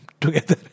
together